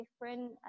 different